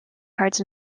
cards